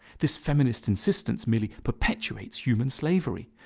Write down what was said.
this feminist insistence merely perpetuates human slavery.